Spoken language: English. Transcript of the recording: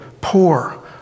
poor